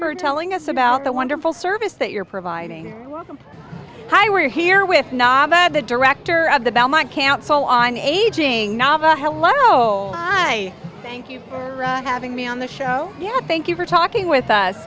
for telling us about the wonderful service that you're providing hi we're here with not bad the director of the bell my counsel on aging nava hello my thank you for having me on the show yeah thank you for talking with us